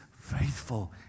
faithful